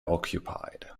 occupied